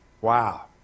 wow